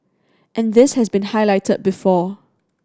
and this has been highlighted before